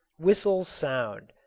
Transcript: whistles sound.